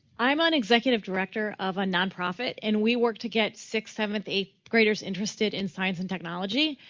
i'm an executive director of a non-profit and we work to get sixth, seventh, eighth graders interested in science and technology.